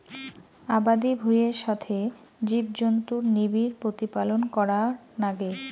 আবাদি ভুঁইয়ের সথে জীবজন্তুুর নিবিড় প্রতিপালন করার নাগে